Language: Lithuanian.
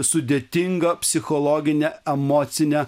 sudėtingą psichologinę emocinę